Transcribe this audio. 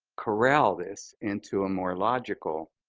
corral this into a more logical